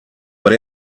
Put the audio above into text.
but